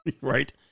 right